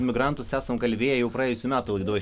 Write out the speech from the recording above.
migrantus esam kalbėję jau praėjusių metų laidoj